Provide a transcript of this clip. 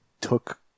took